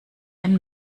ein